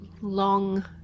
long